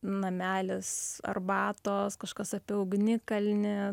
namelis arbatos kažkas apie ugnikalnį